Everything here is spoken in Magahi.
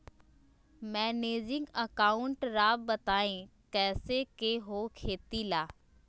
मैनेजिंग अकाउंट राव बताएं कैसे के हो खेती ला?